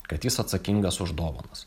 kad jis atsakingas už dovanas